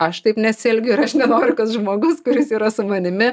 aš taip nesielgiu ir aš nenoriu kad žmogus kuris yra su manimi